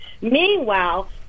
Meanwhile